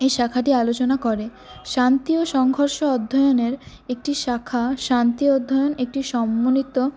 এই শাখাটি আলোচনা করে শান্তি ও সংঘর্ষ অধ্যায়নের একটি শাখা শান্তি অধ্যায়ন একটি সম্মানিত